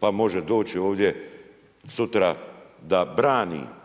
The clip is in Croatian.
pa može doći ovdje sutra da brani